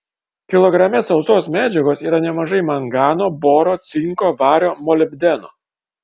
kilograme sausos medžiagos yra nemažai mangano boro cinko vario molibdeno